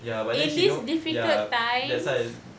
ya but then she know ya that's why